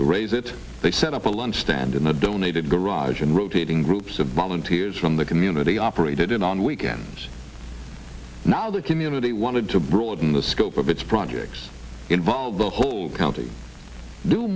to raise it they set up a lunch stand in a donated garage and rotating groups of volunteers from the community operated on weekends now the community wanted to broaden the scope of its projects involve the whole count